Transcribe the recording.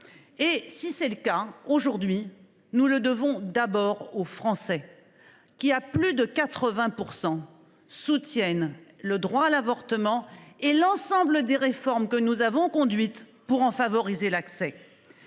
n’y a pas de menace. Et nous le devons d’abord aux Français, qui, à plus de 80 %, soutiennent le droit à l’avortement et l’ensemble des réformes que nous avons conduites pour en favoriser l’accès.